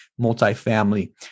multifamily